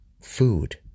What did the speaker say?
food